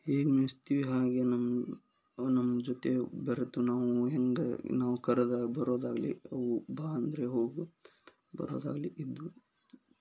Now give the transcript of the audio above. ಹೇಗೆ ಮೇಯ್ಸ್ತಿವಿ ಹಾಗೆ ನಮ್ಮ ಅವು ನಮ್ಮ ಜೊತೆ ಬರುತ್ತೆ ನಾವು ಹೆಂಗೆ ನಾವು ಕರೆದಾಗ ಬರೋದಾಗಲಿ ಅವು ಬಾ ಅಂದರೆ ಹೋಗು ಬರೋದಾಗಲಿ ಇದ್ದವು